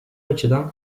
açıdan